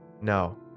No